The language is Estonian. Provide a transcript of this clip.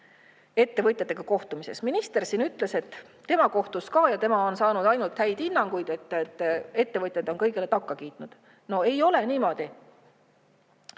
ettevõtjatega kohtumistest. Minister siin ütles, et tema kohtus ka ja et tema on saanud ainult häid hinnanguid, ettevõtjad on kõigele takka kiitnud. No ei ole niimoodi.